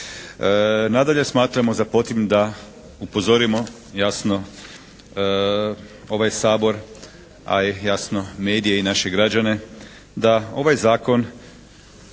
Nadalje smatramo za potrebnim da upozorimo jasno ovaj Sabor a jasno medije i naše građane da ovaj zakon